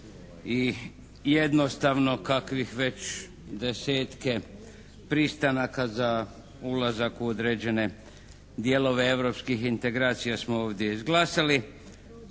i jednostavno kakvih već desetke pristanaka za ulazak u određene dijelove europskih integracija smo ovdje izglasali.